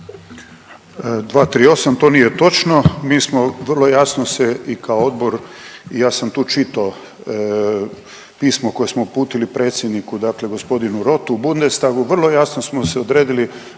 238., to nije točno mi smo vrlo jasno se i kao odbor i ja sam tu čitao pismo koje smo uputili predsjedniku dakle gospodinu Rotu u Bundestagu, vrlo jasno smo se odredili